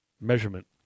measurement